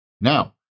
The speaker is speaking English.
Now